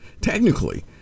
technically